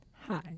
Hi